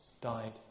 died